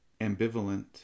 ambivalent